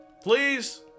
please